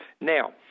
Now